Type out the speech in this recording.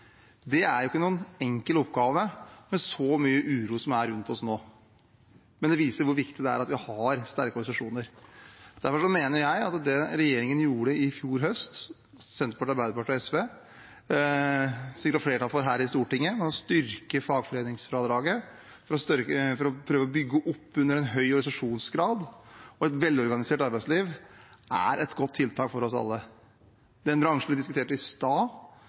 Det er ikke noen enkel oppgave, med så mye uro som er rundt oss nå. Men det viser hvor viktig det er at vi har sterke organisasjoner. Derfor mener jeg at det regjeringen gjorde i fjor høst – Senterpartiet og Arbeiderpartiet, med støtte fra SV – som vi sikret flertall for her i Stortinget, å styrke fagforeningsfradraget for å prøve å bygge opp under en høy organisasjonsgrad og et velorganisert arbeidsliv, er et godt tiltak for oss alle. Den bransjen vi diskuterte i stad,